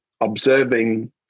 observing